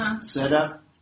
setup